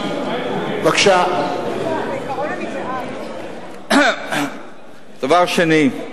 דבר שני,